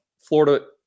Florida